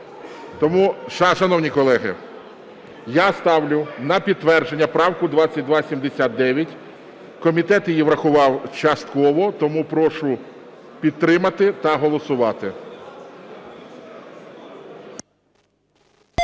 Тому, шановні колеги, я ставлю на підтвердження правку 2279. Комітет її врахував частково, тому прошу підтримати та голосувати.